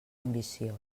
ambiciós